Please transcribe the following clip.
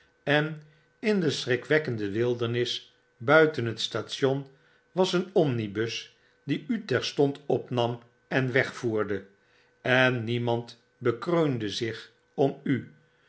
winternacht terwijl de wind loeide en indeschrikwekkendewildernis buiten het station was een omnibus die u terstond opnam en wegvoerde en niemand bekreunde zich om u